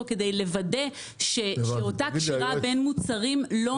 כדי לוודא שאותה קשירה בין מוצרים לא מתבצעת.